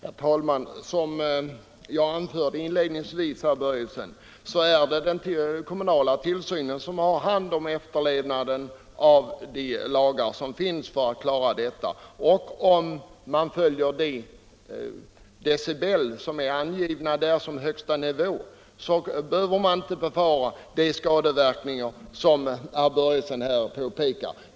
Herr talman! Som jag anförde inledningsvis är det den kommunala tillsynsmyndigheten som har att sörja för efterlevnaden av de lagar som finns på detta område. Om man håller sig till det decibeltal som är angivet som högsta nivå, behöver man inte befara de skadeverkningar som herr Börjesson i Falköping här pekar på.